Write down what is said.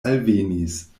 alvenis